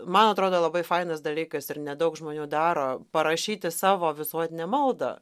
man atrodo labai fainas dalykas ir nedaug žmonių daro parašyti savo visuotinę maldą